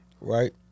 right